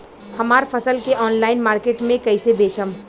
हमार फसल के ऑनलाइन मार्केट मे कैसे बेचम?